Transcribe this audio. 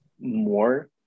more